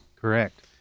Correct